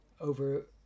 over